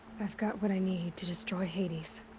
i've got what i need to destroy hades.